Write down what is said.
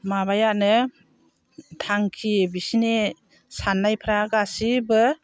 माबायानो थांखि बिसिनि साननायफ्रा गासिबो